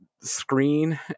screen